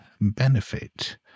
benefit